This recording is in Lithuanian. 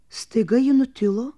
staiga ji nutilo